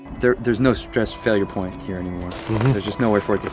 there's there's no stress failure point here anymore, there's just nowhere for